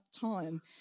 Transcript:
time